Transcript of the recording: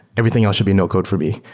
everything else should be no-code for me.